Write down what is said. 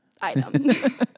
item